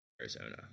Arizona